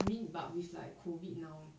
I mean but with like COVID now